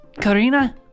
Karina